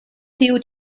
tiu